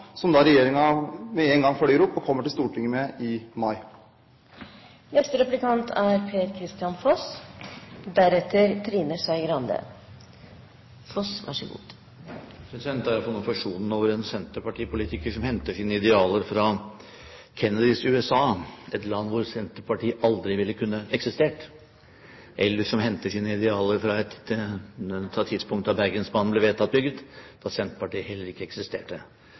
som regjeringen med en gang følger opp og kommer til Stortinget med i mai. Det er i hvert fall noe forsonende over en senterpartipolitiker som henter sine idealer fra Kennedys USA, et land hvor Senterpartiet aldri ville kunnet eksistere, og som henter sine idealer fra det tidspunkt da Bergensbanen ble vedtatt bygget, da Senterpartiet heller ikke eksisterte.